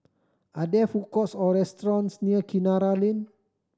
are there food courts or restaurants near Kinara Lane